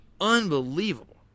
Unbelievable